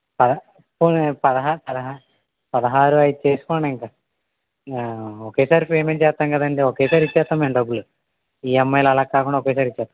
ప పోనిలే పదహా పదహా పదహారు ఐదు చేసుకోండి ఇక ఒకేసారి పేమెంట్ చేస్తాం కదండి ఒకేసారి ఇచ్చేస్తాం మేము డబ్బులు ఈఎంఐలు అలా కాకుండా ఒకేసారి ఇచ్చేస్తాం